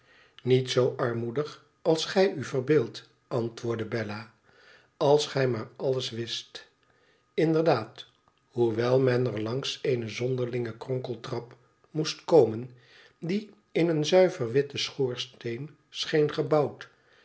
niet zoo armoedig als gij u verbeeldt antwoordde bella als gij maar alles wist inderdaad hoewel men er langs eene zonderlinge kronkeltrap moest komen die m een zuiver witten schoorsteen scheen gebouwd